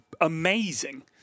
amazing